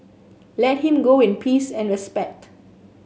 let him go in peace and respect